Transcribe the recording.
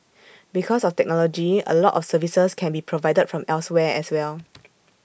because of technology A lot of services can be provided from elsewhere as well